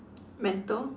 mental